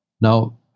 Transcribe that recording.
Now